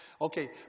Okay